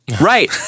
Right